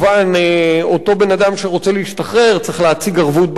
אותו בן-אדם שרוצה להשתחרר צריך להציג ערבות בנקאית.